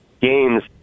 games